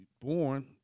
born